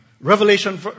Revelation